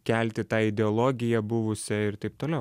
kelti tą ideologiją buvusią ir taip toliau